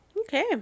Okay